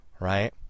right